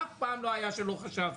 אף פעם לא היה שלא חשבתם.